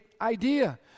idea